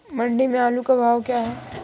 मंडी में आलू का भाव क्या है?